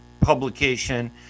publication